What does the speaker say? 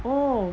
oh